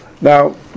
Now